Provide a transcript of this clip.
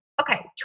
Okay